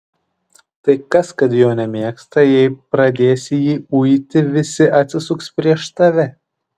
tai kas kad jo nemėgsta jei pradėsi jį uiti visi atsisuks prieš tave